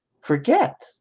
forget